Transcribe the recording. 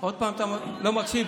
עוד פעם אתה לא מקשיב.